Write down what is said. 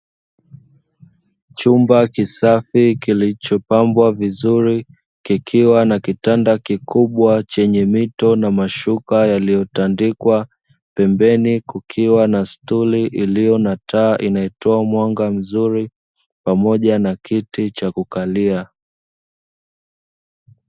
Chumba kisafi kilichopambwa vizuri kikiwa na kitanda kikubwa chenye mito na mashuka yaliyotandikwa, pembeni kukiwa na stuli iliyo na taa inayotoa mwanga mzuri, pamoja na kiti cha kukalia.